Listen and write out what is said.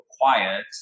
quiet